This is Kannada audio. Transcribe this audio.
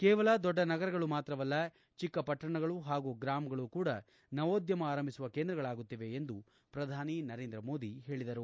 ಕೇವಲ ದೊಡ್ಡ ನಗರಗಳು ಮಾತ್ರವಲ್ಲ ಚಿಕ್ಕಪಟ್ಟಣಗಳು ಹಾಗೂ ಗ್ರಾಮಗಳು ಕೂಡ ನವೋದ್ಧಮ ಆರಂಭಿಸುವ ಕೇಂದ್ರಗಳಾಗುತ್ತಿವೆ ಎಂದು ಪ್ರಧಾನಿ ನರೇಂದ್ರ ಮೋದಿ ಹೇಳಿದರು